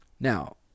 Now